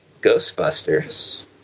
Ghostbusters